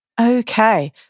Okay